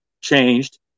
changed